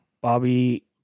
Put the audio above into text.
Bobby